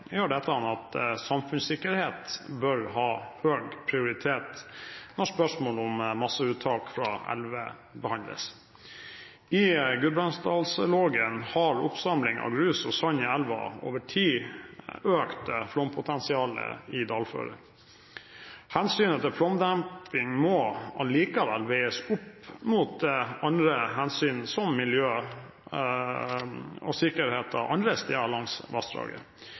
gjør dette at samfunnssikkerhet bør ha høy prioritet når spørsmål om masseuttak fra elver behandles. I Gudbrandsdalslågen har oppsamling av grus og sand i elven over tid økt flompotensialet i dalføret. Hensynet til flomdemping må allikevel veies opp mot andre hensyn som miljø og sikkerhet andre steder langs vassdraget.